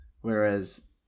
Whereas